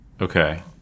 Okay